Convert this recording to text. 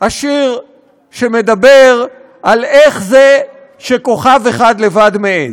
השיר שמדבר על "איך זה שכוכב אחד לבד מעז".